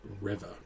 river